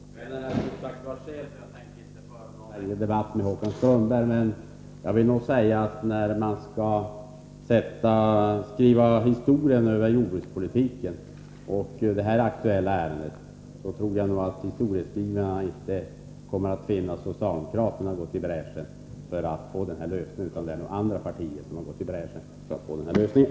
Herr talman! Kvällen är sen, och jag tänker inte föra någon längre debatt med Håkan Strömberg. Låt mig bara säga att när man skall skriva historien över jordbrukspolitiken och det nu aktuella ärendet tror jag knappast att man kommer att finna att socialdemokraterna har gått i bräschen för den här lösningen — det är andra partier som har gått i bräschen för den.